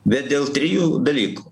bet dėl trijų dalykų